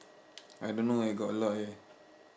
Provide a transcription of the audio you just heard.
I don't know I got a lot eh